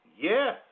yes